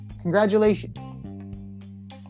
Congratulations